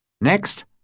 Next